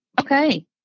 Okay